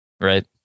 right